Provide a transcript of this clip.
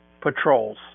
patrols